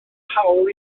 hawl